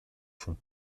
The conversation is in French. font